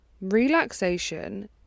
Relaxation